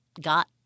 got